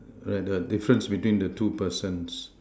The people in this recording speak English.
err the difference between the two persons